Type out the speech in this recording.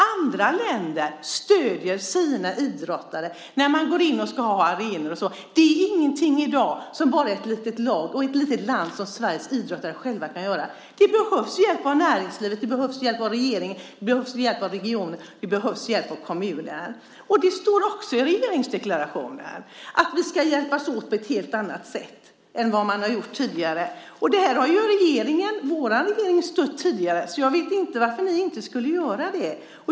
Andra länder stöder sina idrottare när man behöver arenor och så vidare. Det är ingenting som bara ett litet lag eller Sveriges idrottare själva i dag kan göra. Man behöver hjälp av näringslivet, av regeringen, av regionen och av kommunen. Det står också i regeringsdeklarationen att vi ska hjälpas åt på ett helt annat sätt än vad som har gjorts tidigare. Detta har vår regering stött tidigare. Så jag vet inte varför ni inte skulle göra det.